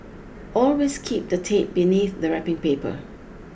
always keep the tape beneath the wrapping paper